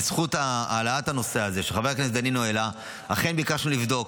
בזכות העלאת הנושא שהעלה חבר הכנסת דנינו אכן ביקשנו לבדוק.